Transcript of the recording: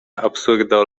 absurdo